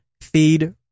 Feed